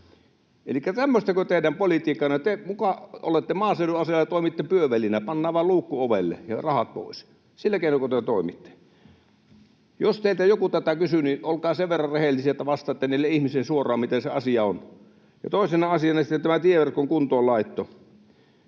otti. Tämmöistäkö teidän politiikkanne on? Te muka olette maaseudun asialla ja toimitte pyövelinä, pannaan vain luukku ovelle ja rahat pois — sillä keinoinko te toimitte? Jos teiltä joku tätä kysyy, niin olkaa sen verran rehellisiä, että vastaatte niille ihmisille suoraan, miten se asia on. Ja toisena asiana sitten tämä tieverkon kuntoonlaitto.